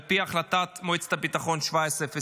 על פי החלטת מועצת הביטחון 1701?